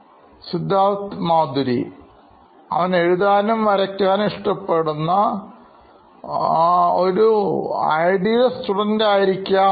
Siddharth Maturi CEO Knoin Electronics അവൻ എഴുതാനും വരയ്ക്കാനും ഇഷ്ടപ്പെടുന്ന ഐഡിയൽ സ്റ്റുഡൻറ് ആയിരിക്കാം